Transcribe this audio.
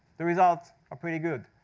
the results are pretty good.